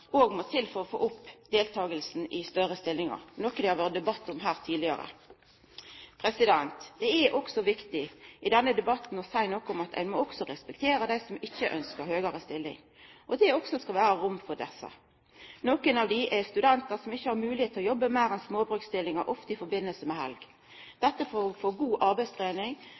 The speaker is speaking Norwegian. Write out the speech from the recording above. og skiftordningar òg må til for å få opp deltakinga i større stillingar, noko det har vore debatt om her tidlegare. Det er også viktig i denne debatten å seia noko om at ein også må respektera dei som ikkje ønskjer større stillingar. Det skal også vera rom for desse. Nokon av dei er studentar som ikkje har moglegheit til å jobba meir enn i småbrøksstillingar, ofte i samband med helg, for å få god